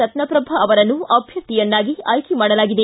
ರತ್ನಪ್ರಭಾ ಅವರನ್ನು ಅಭ್ಯರ್ಥಿಯನ್ನಾಗಿ ಆಯ್ಕೆ ಮಾಡಲಾಗಿದೆ